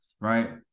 right